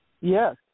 Yes